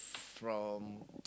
from